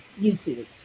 YouTube